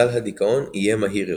גל הדיכאון יהיה מהיר יותר.